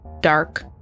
dark